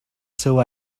seu